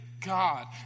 God